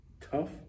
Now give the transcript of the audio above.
tough